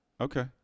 okay